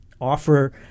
offer